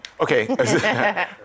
Okay